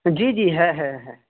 جی جی ہے ہے ہے